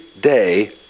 day